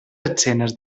escenes